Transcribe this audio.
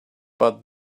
but